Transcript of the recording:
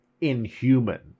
inhuman